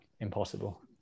impossible